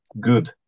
good